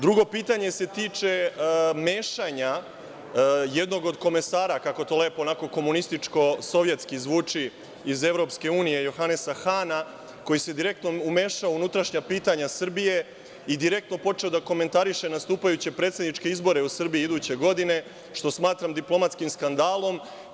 Drugo pitanje se tiče mešanja jednog od komesara, kako to lepo onako komunističko sovjetski zvuči, iz EU, Johanesa Hana, koji se direktno umešao u unutrašnja pitanja Srbije i direktno počeo da komentariše nastupajuće predsedničke izbore u Srbiji iduće godine, što smatram diplomatskim skandalom.